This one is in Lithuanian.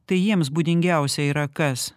tai jiems būdingiausia yra kas